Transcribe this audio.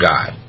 God